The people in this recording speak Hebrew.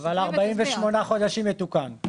אבל 48 חודשים, יתוקן.